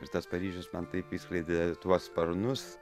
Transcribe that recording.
ir tas paryžius man taip išskleidė tuos sparnus